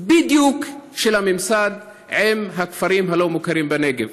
של הממסד עם הכפרים הלא-מוכרים בנגב.